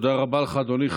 תודה רבה לך, אדוני.